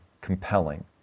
compelling